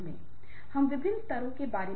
फ्रांसीसी खिलाड़ी ने इटली के खिलाड़ी को मारा